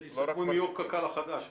זה יהיה הסיכום עם יו"ר הקק"ל החדש אולי.